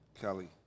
Kelly